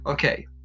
Okay